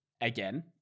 Again